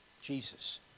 Jesus